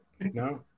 No